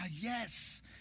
yes